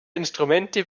instrumente